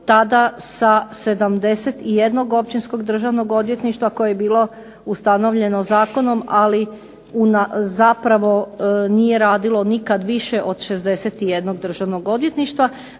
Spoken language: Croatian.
tada sa 81 općinskog državnog odvjetništva koje je bilo ustanovljeno zakonom ali zapravo nije radilo nikada više od 61 državnog odvjetništva,